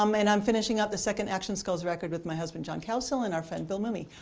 um and i'm finishing up the second action skills record with my husband john kelso and our friend bill mumy.